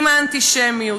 עם האנטישמיות,